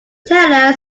tell